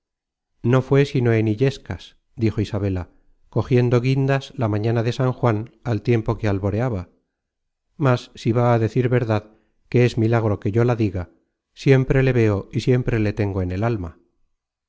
no fué sino en illescas dijo isabela cogiendo guindas la mañana de san juan al tiempo que alboreaba mas si va a decir verdad que es milagro que yo la diga siempre le veo y siempre le tengo en el alma